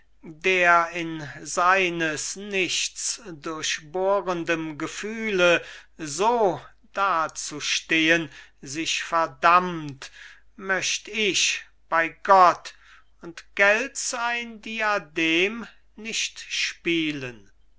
der in seines nichts durchbohrendem gefühle so dazustehen sich verdammt möcht ich bei gott und gälts ein diadem nicht spielen